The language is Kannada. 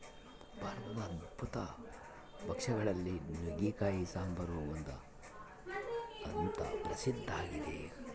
ಭಾರತದ ಅದ್ಭುತ ಭಕ್ಷ್ಯ ಗಳಲ್ಲಿ ನುಗ್ಗೆಕಾಯಿ ಸಾಂಬಾರು ಒಂದು ಅಂತ ಪ್ರಸಿದ್ಧ ಆಗಿದೆ